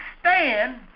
stand